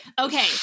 Okay